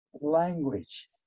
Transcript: language